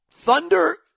Thunder